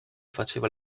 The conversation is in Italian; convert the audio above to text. faceva